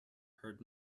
heard